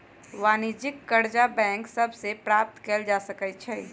वाणिज्यिक करजा बैंक सभ से प्राप्त कएल जा सकै छइ